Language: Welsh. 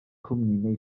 cwmni